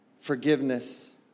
forgiveness